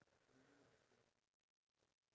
iya true